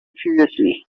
furiously